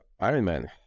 Ironman